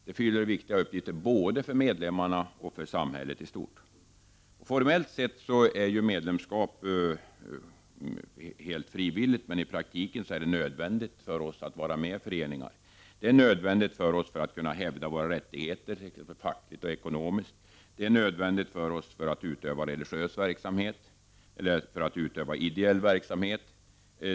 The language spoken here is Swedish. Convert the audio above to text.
Det fyller viktiga uppgifter både för medlemmarna och för samhället i stort. Formellt sett är medlemskap helt frivilligt, men i praktiken är det nödvändigt för oss att vara medlemmar i olika föreningar. Det är nödvändigt för oss för att vi skall kunna hävda våra rättigheter fackligt och ekonomiskt. Det är nödvändigt för oss för att kunna utöva religiös verksamhet eller för att utöva ideell verksamhet.